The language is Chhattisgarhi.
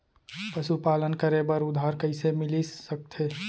पशुपालन करे बर उधार कइसे मिलिस सकथे?